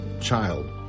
child